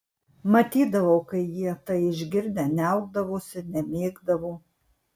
matydavau kai jie tai išgirdę niaukdavosi nemėgdavo